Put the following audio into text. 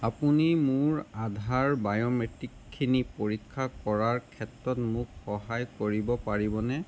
আপুনি মোৰ আধাৰ বায়োমেট্ৰিকখিনি পৰীক্ষা কৰাৰ ক্ষেত্ৰত মোক সহায় কৰিব পাৰিবনে